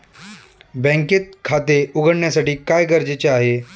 बँकेत खाते उघडण्यासाठी काय गरजेचे आहे?